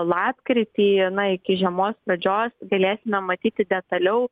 lapkritį na iki žiemos pradžios galėsime matyti detaliau